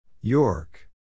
York